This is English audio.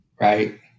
Right